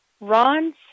Ron's